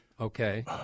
okay